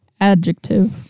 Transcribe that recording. Adjective